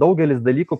daugelis dalykų